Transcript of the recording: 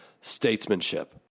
statesmanship